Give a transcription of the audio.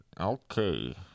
okay